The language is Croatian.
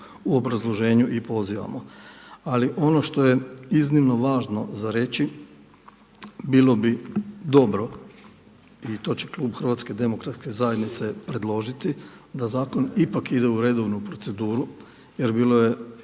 u obrazloženju i pozivamo. Ali ono što je iznimno važno za reći, bilo bi dobro i to će klub HDZ-a predložiti, da zakon ipak ide u redovnu proceduru jer bilo je